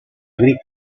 agrícola